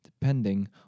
depending